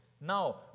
Now